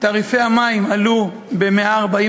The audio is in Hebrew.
תעריפי המים עלו ב-140%,